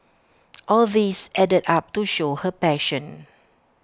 all these added up to show her passion